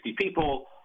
people